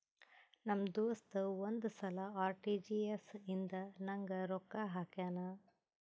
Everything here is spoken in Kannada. ನಮ್ ದೋಸ್ತ ಒಂದ್ ಸಲಾ ಆರ್.ಟಿ.ಜಿ.ಎಸ್ ಇಂದ ನಂಗ್ ರೊಕ್ಕಾ ಹಾಕ್ಯಾನ್